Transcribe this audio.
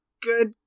good